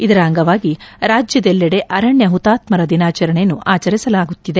ಇದರ ಅಂಗವಾಗಿ ರಾಜ್ಯದಲ್ಲೆಡೆ ಅರಣ್ಯ ಹುತಾತ್ಮರ ದಿನಾಚರಣೆಯನ್ನು ಆಚರಿಸಲಾಗುತ್ತಿದೆ